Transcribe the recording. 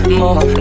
more